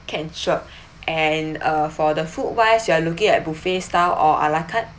can sure and uh for the food wise you are looking at buffet style or a la carte